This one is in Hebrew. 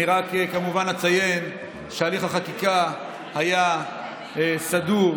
אני רק אציין כמובן שהליך החקיקה היה סדור,